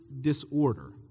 disorder